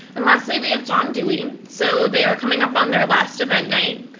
and lastly, we have john dewey. so they are coming up on their last event night.